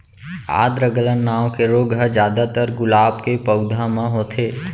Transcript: आद्र गलन नांव के रोग ह जादातर गुलाब के पउधा म होथे